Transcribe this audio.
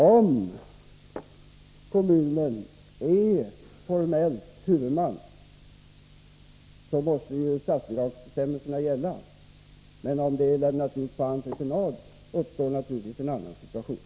Om kommunen formellt är huvudman, måste statsbidragsbestämmelserna gälla, men om det lämnas ut på entreprenad uppstår naturligtvis en annan situation.